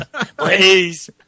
Please